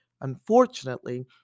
Unfortunately